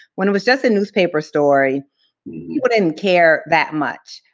when it was just a newspaper story, people didn't care that much.